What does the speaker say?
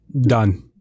done